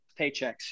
paychecks